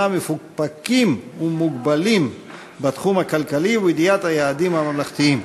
מפוקפקים ומוגבלים בתחום הכלכלי ובידיעת היעדים הממלכתיים.